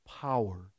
power